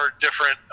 different